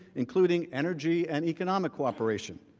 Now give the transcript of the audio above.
including energy and economic cooperation.